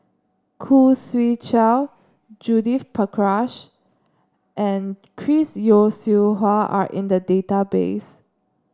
Khoo Swee Chiow Judith Prakash and Chris Yeo Siew Hua are in the database